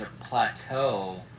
plateau